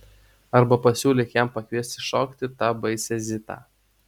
arba pasiūlyk jam pakviesti šokti tą baisią zitą